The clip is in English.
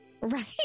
Right